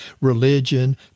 religion